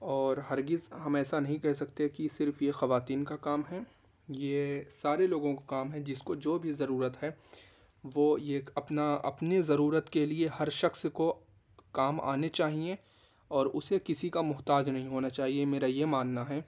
اور ہرگز ہم ایسا نہیں کہہ سکتے کہ صرف یہ خواتین کا کام ہے یہ سارے لوگوں کا کام ہے جس کو جو بھی ضرورت ہے وہ یہ اپنا اپنی ضرورت کے لئے ہر شخص کو کام آنے چاہئیں اور اسے کسی کا محتاج نہیں ہونا چاہیے میرا یہ ماننا ہے